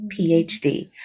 PhD